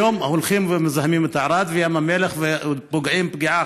היום הולכים ומזהמים את ערד וים המלח ופוגעים פגיעה